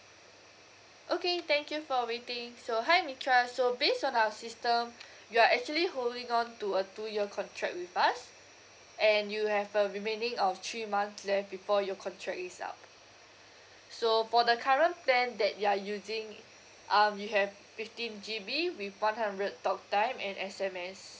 okay thank you for waiting so hi mithra so based on our system you are actually holding on to a two year contract with us and you have a remaining of three months left before your contract is up so for the current plan that you are using um you have fifteen G_B with one hundred talk time and S_M_S